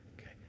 Okay